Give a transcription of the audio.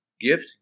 gift